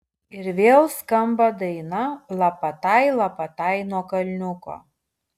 ir vėl skamba daina lapatai lapatai nuo kalniuko